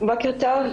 בוקר טוב.